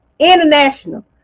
International